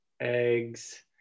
eggs